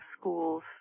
schools